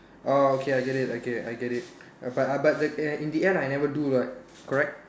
oh okay I get it okay I get it but but eh in the end I never do what correct